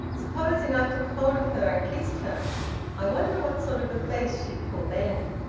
supposing i took hold of her and kissed her i wonder what sort of a face she'd pull then!